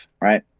Right